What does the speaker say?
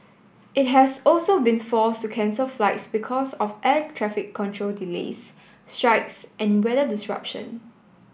it has also been forced to cancel flights because of air traffic control delays strikes and weather disruption